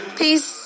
peace